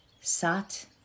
sat